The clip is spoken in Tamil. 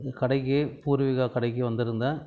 கடைக்கு பூர்விகா கடைக்கு வந்திருந்தேன்